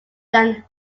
than